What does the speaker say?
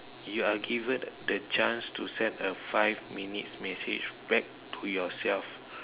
you are given the chance to send a five minute message to yourself